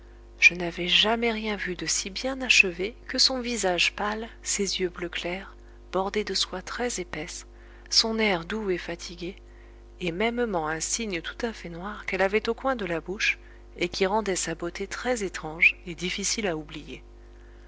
je n'avais jamais rien vu de si bien achevé que son visage pâle ses yeux bleu clair bordés de soies très épaisses son air doux et fatigué et mêmement un signe tout à fait noir qu'elle avait au coin de la bouche et qui rendait sa beauté très étrange et difficile à oublier